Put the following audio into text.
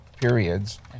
periods